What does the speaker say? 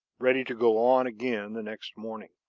ready to go on again the next morning.